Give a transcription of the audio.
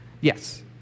Yes